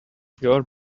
your